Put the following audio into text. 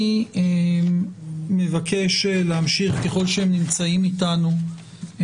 אני מבקש להמשיך ולשמוע עוד מספר דוברים ככל שהם נמצאים אתנו ב-זום